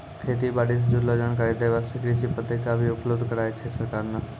खेती बारी सॅ जुड़लो जानकारी दै वास्तॅ कृषि पत्रिका भी उपलब्ध कराय छै सरकार नॅ